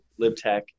LibTech